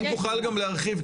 אם תוכל גם להרחיב.